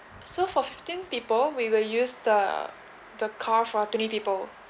so for fifteen people we will use the the car for twenty people